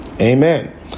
Amen